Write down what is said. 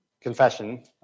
confession